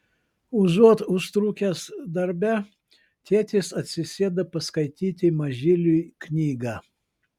užuot užtrukęs darbe tėtis atsisėda paskaityti mažyliui knygą